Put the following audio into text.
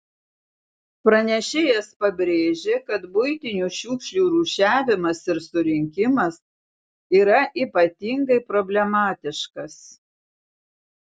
pranešėjas pabrėžė kad buitinių šiukšlių rūšiavimas ir surinkimas yra ypatingai problematiškas